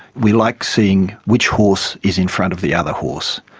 we like seeing which horse is in front of the other horse,